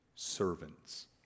Servants